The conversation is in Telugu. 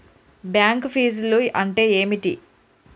బ్యాంక్ ఫీజ్లు అంటే ఏమిటి?